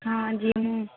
ହଁ ଯିଏ ମୁଁ